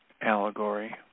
allegory